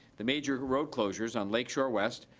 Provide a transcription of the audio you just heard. the major who wrote closures on lake shore west,